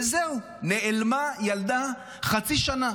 וזהו, נעלמה ילדה חצי שנה.